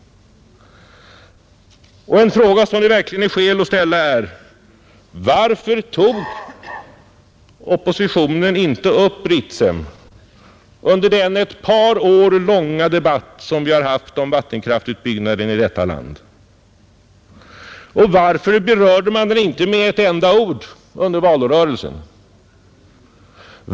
En fråga som det verkligen är skäl att ställa är: Varför tog oppositionen inte upp Ritsem under den ett par år långa debatt som vi har haft om vattenkraftutbyggnaden i detta land? Varför berörde man inte Ritsem med ett enda ord under valrörelsen?